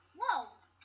Whoa